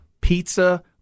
pizza